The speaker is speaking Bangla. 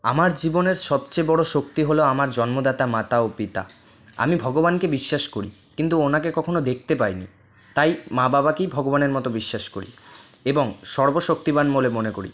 আমার জীবনের সবচেয়ে বড় শক্তি হল আমার জন্মদাতা মাতা ও পিতা আমি ভগবানকে বিশ্বাস করি কিন্তু ওনাকে কখনও দেখতে পাইনি তাই মা বাবাকেই ভগবানের মতো বিশ্বাস করি এবং সর্ব শক্তিমান বলে মনে করি